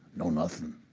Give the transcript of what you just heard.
no nothing.